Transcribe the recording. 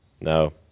No